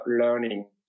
learning